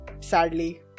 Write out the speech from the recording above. Sadly